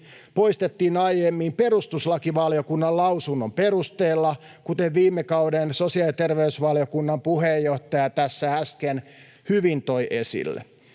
poistettiin aiemmin perustuslakivaliokunnan lausunnon perusteella, kuten viime kauden sosiaali- ja terveysvaliokunnan puheenjohtaja tässä äsken hyvin toi esille.